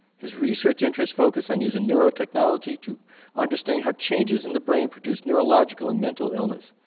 his research interest focus on using neuro technology to understanding how changes in the brain produce neurological and mental illness.